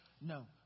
No